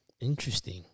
Interesting